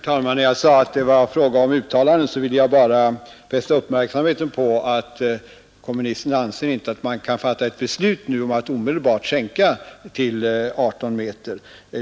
Herr talman! När jag sade att det var fråga om uttalanden ville jag bara fästa uppmärksamheten på att kommunisterna inte anser att man kan fatta ett beslut nu om att omedelbart sänka den tillåtna fordonslängden till 18 meter.